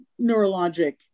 neurologic